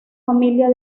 familia